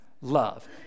love